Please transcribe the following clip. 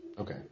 Okay